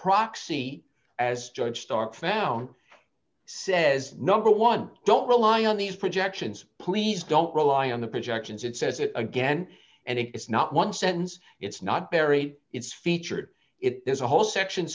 proxy as judge stark found says number one don't rely on these projections please don't rely on the projections it says it again and it is not one sense it's not bury it's featured it there's a whole section